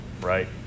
right